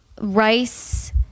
rice